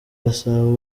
gasabo